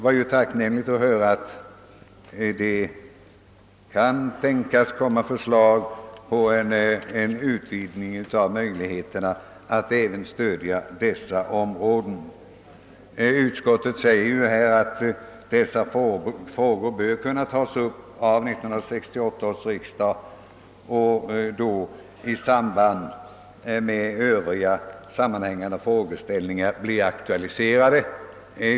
Jag är tacksam för att det kan tänkas att förslag om en utvidgning av möjligheterna att stödja även dessa områden kommer att framläggas. Utskottet förutsätter att förslag i dessa frågor föreläggs 1968 års riksdag i samband med att övriga frågeställningar som sammanhänger därmed blir aktualiserade.